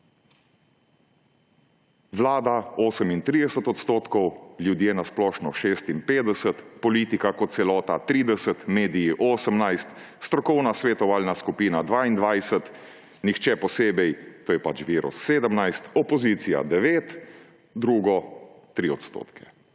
Vlada 38 %, ljudje na splošno 56 %, politika kot celota 30 %, mediji 18 %, strokovna svetovalna skupina 22 %, nihče posebej, to je pač virus, 17 %, opozicija 9 %, drugo 3 %.